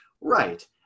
Right